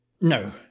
No